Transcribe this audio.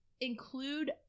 include